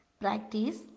Practice